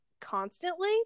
constantly